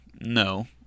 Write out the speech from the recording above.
No